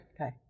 Okay